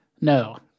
No